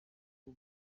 two